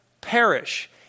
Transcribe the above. perish